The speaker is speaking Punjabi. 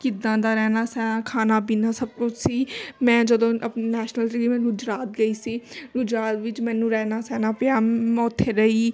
ਕਿੱਦਾਂ ਦਾ ਰਹਿਣਾ ਸੈ ਖਾਣਾ ਪੀਣਾ ਸਭ ਕੁਝ ਸੀ ਮੈਂ ਜਦੋਂ ਆਪ ਨੈਸ਼ਨਲ ਗੁਜਰਾਤ ਗਈ ਸੀ ਗੁਜਰਾਤ ਵਿੱਚ ਮੈਨੂੰ ਰਹਿਣਾ ਸਹਿਣਾ ਪਿਆ ਮੈਂ ਉੱਥੇ ਰਹੀ